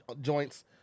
joints